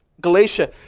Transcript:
Galatia